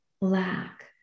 lack